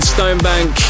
Stonebank